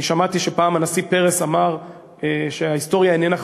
אני שמעתי שפעם הנשיא פרס אמר שההיסטוריה איננה חשובה.